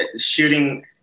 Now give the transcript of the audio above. shooting